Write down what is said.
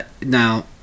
Now